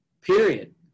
Period